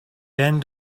end